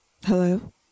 Hello